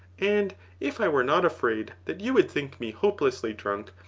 and if i were not afraid that you would think me hopelessly drunk,